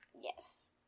Yes